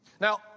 Now